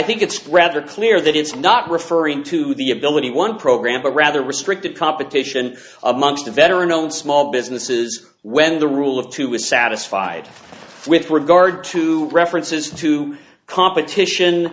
think it's rather clear that it's not referring to the ability one program but rather restricted competition amongst the veteran on small businesses when the rule of two is satisfied with regard to references to competition